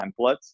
templates